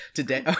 Today